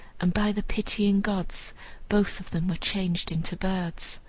and by the pitying gods both of them were changed into birds.